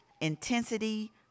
intensity